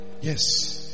Yes